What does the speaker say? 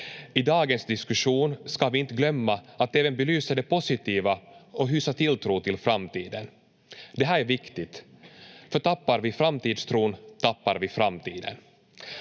I dagens diskussion ska vi inte glömma att även belysa det positiva och hysa tilltro till framtiden. Det här är viktigt, för tappar vi framtidstron, tappar vi framtiden.